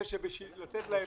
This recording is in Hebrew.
שמשרד האוצר ביקש להביא.